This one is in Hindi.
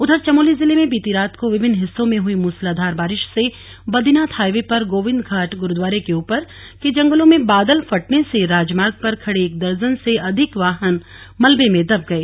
उधर चमोली जिले में बीती रात को विभिन्न हिस्सों में हुई मूसलाधार बारिश से बद्रीनाथ हाइवे पर गोविन्दघाट गुरुद्वारे के ऊपर के जंगलों में बादल फटने से राजमार्ग पर खड़े एक दर्जन से अधिक वाहन मलबे में दब गए